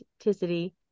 authenticity